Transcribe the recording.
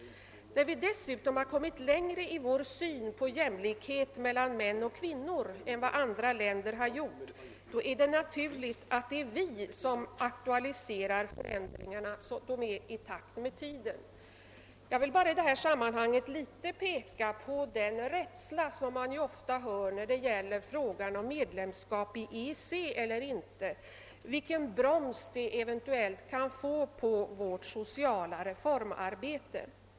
När vi dessutom har kommit längre i vår syn på jämlikhet mellan män och kvinnor än vad andra länder har gjort, är det naturligt att det är vi som aktualiserar förändringarna så att bestämmelserna är i pakt med tiden. Jag vill i det här sammanhanget peka på den rädsla som man ofta märker när det är fråga om medlemskap i EEC för att det skall verka som en broms på vårt sociala reformarbete.